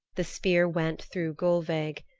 the spear went through gulveig.